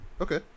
Okay